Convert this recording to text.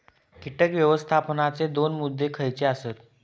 कीटक व्यवस्थापनाचे दोन मुद्दे खयचे आसत?